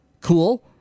cool